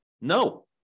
No